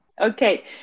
Okay